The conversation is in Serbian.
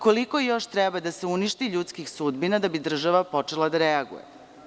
Koliko još treba da se uništi ljudskih sudbina da bi država počela da reaguje?